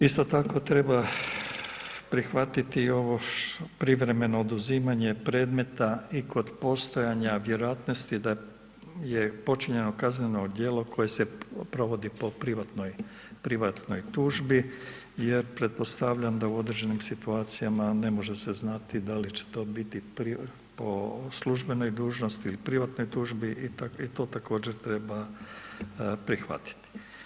Isto tako treba prihvatiti ovo privremeno oduzimanje predmeta i kod postojanja vjerojatnosti da je počinjeno kazneno djelo koje se provodi po privatnoj, privatnoj tužbi jer pretpostavljam da u određenim situacijama ne može se znati da li će to biti po službenoj dužnosti ili privatnoj tužbi i to također treba prihvatiti.